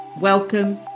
Welcome